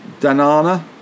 Danana